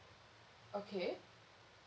okay